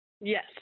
Yes